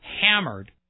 hammered